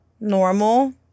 normal